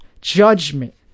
judgment